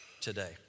today